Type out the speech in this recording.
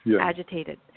agitated